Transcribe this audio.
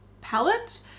palette